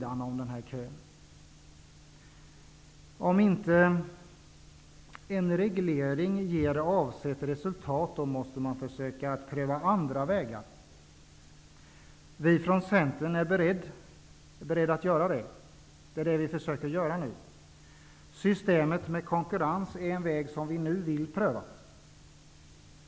Om inte en reglering ger avsett resultat måste man försöka pröva andra vägar. Vi från Centern är beredda att göra det, och det är det vi försöker att göra nu. Systemet med konkurrens är en väg som vi nu vill pröva.